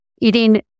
eating